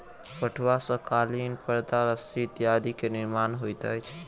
पटुआ सॅ कालीन परदा रस्सी इत्यादि के निर्माण होइत अछि